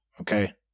Okay